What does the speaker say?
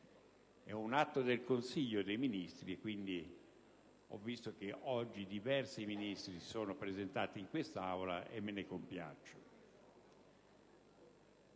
è un atto del Consiglio dei ministri. Ho visto che oggi diversi Ministri sono presenti in quest'Aula e me ne compiaccio.